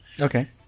Okay